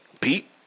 pete